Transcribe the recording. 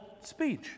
speech